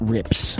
Rips